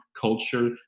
culture